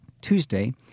Tuesday